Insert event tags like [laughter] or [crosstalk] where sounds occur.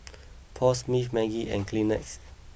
[noise] Paul Smith Maggi and Kleenex